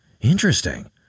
interesting